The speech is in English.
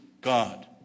God